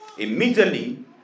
Immediately